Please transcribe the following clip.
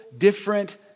Different